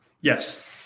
yes